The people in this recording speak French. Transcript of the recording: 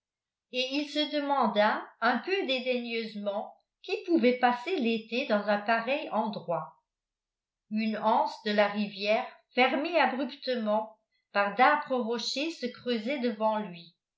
et il se demanda un peu dédaigneusement qui pouvait passer l'été dans un pareil endroit une anse de la rivière fermée abruptement par d'âpres rochers se creusait devant lui